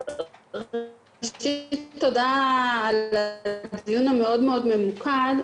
תודה על הדיון המאוד מאוד ממוקד.